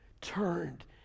turned